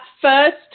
first